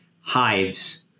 hives